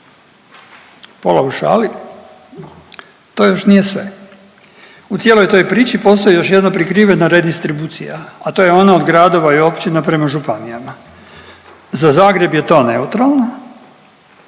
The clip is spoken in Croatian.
pola u šali to još nije sve. U cijeloj toj priči postoji još jedna prikrivena redistribucija, a to je ona od gradova i općina prema županijama. Za Zagreb je to neutralno,